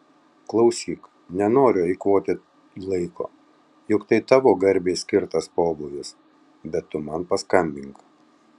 klausyk nenoriu eikvoti laiko juk tai tavo garbei skirtas pobūvis bet tu man paskambink